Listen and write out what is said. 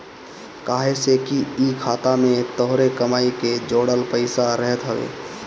काहे से कि इ खाता में तोहरे कमाई के जोड़ल पईसा रहत हवे